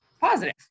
positive